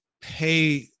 pay